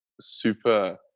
super